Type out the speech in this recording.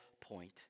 point